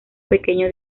pequeño